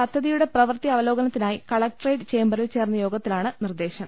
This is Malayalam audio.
പദ്ധതിയുടെ പ്രവൃത്തി അവലോകന ത്തിനായി കലക്ട്രേറ്റ് ചേമ്പറിൽ ചേർന്ന യോഗത്തിലാണ് നിർദേശം